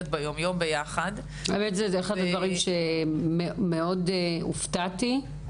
ביום-יום ביחד -- האמת היא שזה אחד הדברים שאני מאוד הופתעתי מהם.